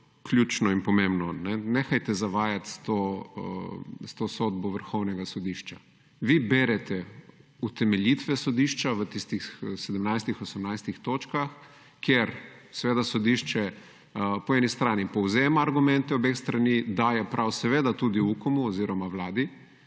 in pomembno. Nehajte zavajati s to sodbo Vrhovnega sodišča. Vi berete utemeljitve sodišča v tistih 17, 18 točkah, kjer seveda sodišče po eni strani povzema argumente obeh strani, daje prav seveda tudi UKOM oziroma Vladi,